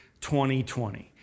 2020